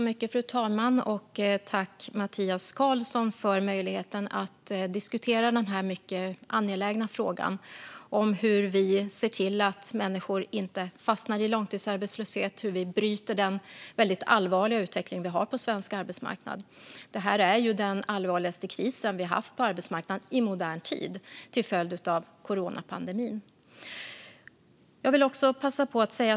Fru talman! Tack för möjligheten att diskutera den mycket angelägna frågan hur vi ser till att människor inte fastnar i långtidsarbetslöshet och hur vi bryter den väldigt allvarliga utveckling vi har på svensk arbetsmarknad, Mattias Karlsson! Detta är den allvarligaste kris vi haft på arbetsmarknaden i modern tid, till följd av coronapandemin.